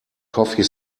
coffee